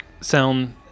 sound